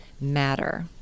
matter